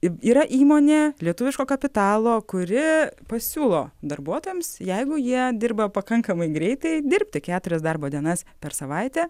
yra įmonė lietuviško kapitalo kuri pasiūlo darbuotojams jeigu jie dirba pakankamai greitai dirbti keturias darbo dienas per savaitę